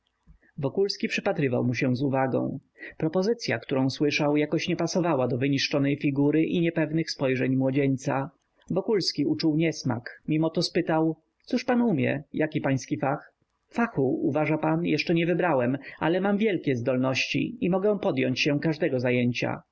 wokulski przypatrywał mu się z uwagą propozycya którą słyszał jakoś nie pasowała do wyniszczonej figury i niepewnych spojrzeń młodzieńca wokulski uczuł niesmak mimo to spytał cóż pan umie jaki pański fach fachu uważa pan jeszcze nie wybrałem ale mam wielkie zdolności i mogę podjąć się każdego zajęcia